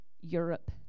Europe